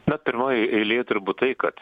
na pirmoj eilėj turbūt tai kad